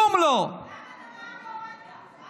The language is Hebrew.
למה את המע"מ לא הורדתם?